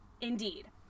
indeed